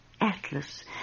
atlas